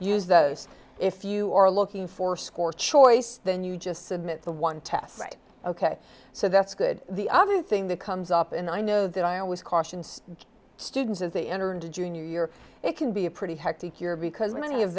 use those if you are looking for score choice then you just submit the one test right ok so that's good the other thing that comes up and i know that i always caution students as they enter into junior year it can be a pretty hectic year because many of